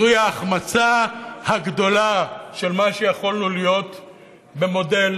זוהי ההחמצה הגדולה של מה שיכולנו להיות במודל